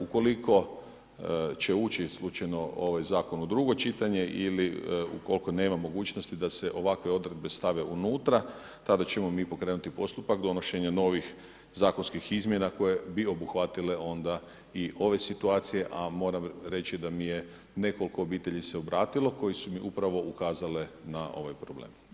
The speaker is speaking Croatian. Ukoliko će ući slučajno ovaj zakon u drugo čitanje ili ukoliko nema mogućnosti da se ovakve odredbe stave unutra, tada ćemo mi pokrenuti postupak donošenja novih zakonskih izmjena koje bi obuhvatile onda i ove situacije, a moram reći da mi se nekoliko obitelji obratilo koji su mi upravo ukazale na ovaj problem.